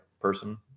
person